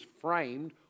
framed